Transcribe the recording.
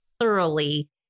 thoroughly